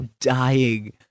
dying